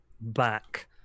back